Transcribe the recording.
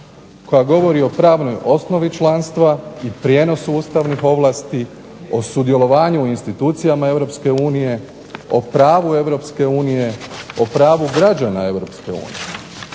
koja govori o pravnoj osnovi članstva i prijenosu ustavnih ovlasti o sudjelovanju u institucijama Europske unije, o pravu Europske